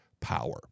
power